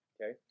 okay